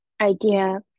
idea